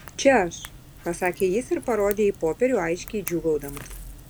čia aš pasakė jis ir parodė į popierių aiškiai džiūgaudamas